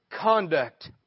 conduct